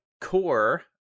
core